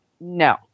No